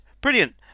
brilliant